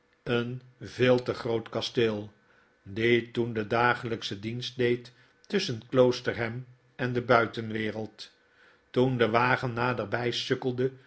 een veel te groot kasteel die toen den dagelijkschen dienst deed tusschen kloosterham en de buitenwereld toen de wagen naderbij sukkelde